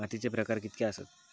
मातीचे प्रकार कितके आसत?